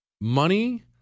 Money